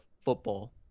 football